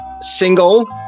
single